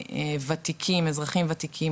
לאוכלוסיות אזרחים ותיקים,